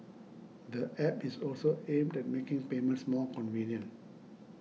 the app is also aimed at making payments more convenient